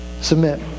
Submit